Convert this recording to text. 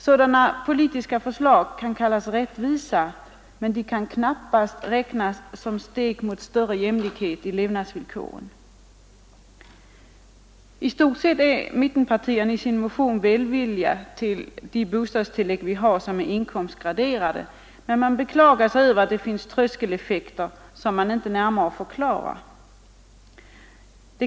Sådana politiska förslag kan kallas rättvisa, men de kan knappast räknas som steg mot större jämlikhet i levnadsvillkoren. I stort sett är mittenpartierna i sin motion välvilliga till de inkomstgraderade bostadstilläggen, men man beklagar sig över tröskeleffekter, som dock inte närmare förklaras.